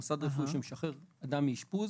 מוסד רפואי שמשחרר אדם מאשפוז,